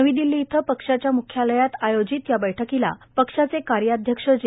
नवी दिल्ली इथं पक्षाच्या मुख्यालयात आयोजित या बैठकीला पक्ष कार्याध्यक्ष जे